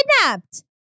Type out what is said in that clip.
kidnapped